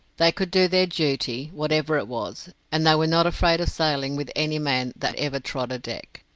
they could do their duty, whatever it was and they were not afraid of sailing with any man that ever trod a deck.